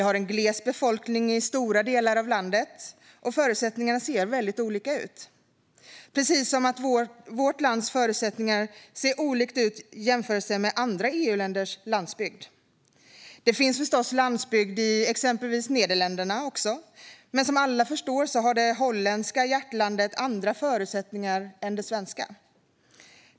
Befolkningen är gles i stora delar av landet, och förutsättningarna ser olika ut - precis som att vårt lands förutsättningar ser olika ut i jämförelse med andra EU-länders landsbygd. Det finns förstås landsbygd i exempelvis Nederländerna, men som alla förstår har det holländska hjärtlandet andra förutsättningar än det svenska.